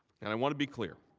and i want to be clear,